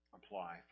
Apply